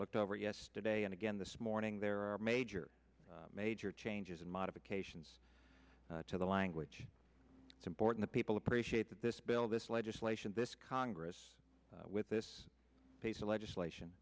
looked over yesterday and again this morning there are major major changes and modifications to the language it's important people appreciate that this bill this legislation this congress with this piece of legislation